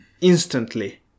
instantly